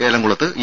ഏലംകുളത്ത് E